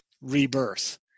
rebirth